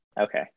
Okay